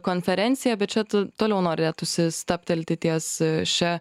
konferencija bet čia to toliau norėtųsi stabtelti ties šia